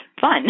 fun